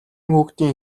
хүүхдийн